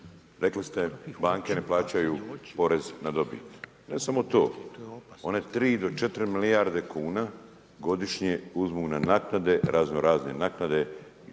Rekli ste banke ne plaćaju porez na dobit, ne samo to, one 3 do 4 milijarde kuna godišnje uzmu na naknade, raznorazne naknade,